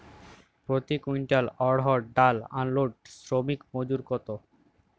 প্রতি কুইন্টল অড়হর ডাল আনলোডে শ্রমিক মজুরি কত?